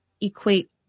equate